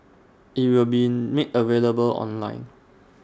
IT will be made available online